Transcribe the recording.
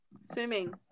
Swimming